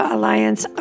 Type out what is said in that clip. Alliance